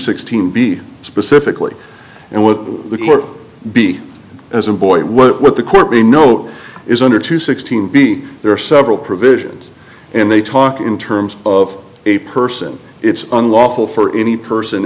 sixteen be specifically and what the court be as a boy what the court may know is under two sixteen be there are several provisions and they talk in terms of a person it's unlawful for any person